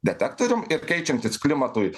detektoriumi ir keičiantis klimatui